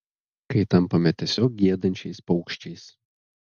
kai tampame tiesiog giedančiais paukščiais